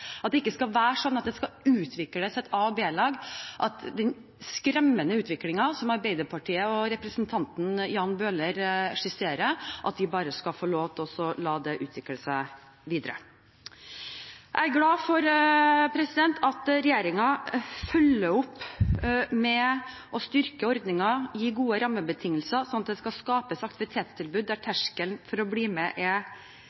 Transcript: skal ikke utvikles et A-lag og et B-lag, og den skremmende utviklingen som Arbeiderpartiet og representanten Jan Bøhler skisserer, skal vi ikke la utvikle seg videre. Jeg er glad for at regjeringen følger opp ved å styrke ordninger og gi gode rammebetingelser, slik at det kan skapes aktivitetstilbud der